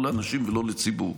לא לאנשים ולא לציבור.